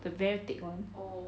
the very thick [one]